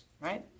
right